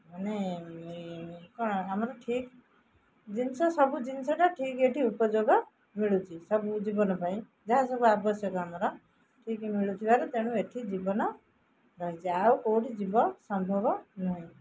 ମାନେ କ'ଣ ଆମର ଠିକ୍ ଜିନିଷ ସବୁ ଜିନିଷଟା ଠିକ୍ ଏଇଠି ଉପଯୋଗ ମିଳୁଛି ସବୁ ଜୀବନ ପାଇଁ ଯାହା ସବୁ ଆବଶ୍ୟକ ଆମର ଠିକ୍ ମିଳୁଥିବାରୁ ତେଣୁ ଏଇଠି ଜୀବନ ରହିଛି ଆଉ କେଉଁଠି ଜୀବ ସମ୍ଭବ ନୁହେଁ